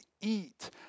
eat